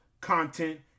content